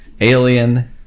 Alien